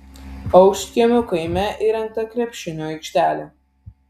aukštkiemių kaime įrengta krepšinio aikštelė